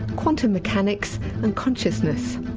quantum mechanics and consciousness.